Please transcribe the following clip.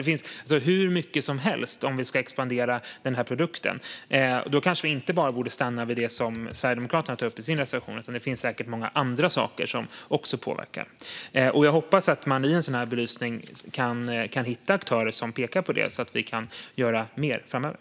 Det finns hur mycket som helst om vi ska expandera den här produkten, och då kanske vi inte borde stanna vid det som Sverigedemokraterna tar upp i sin reservation, utan det finns säkert många andra saker som också påverkar. Jag hoppas att man i en genomlysning kan hitta aktörer som pekar på det, så att vi kan göra mer framöver.